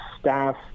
staff